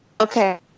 okay